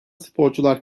sporcular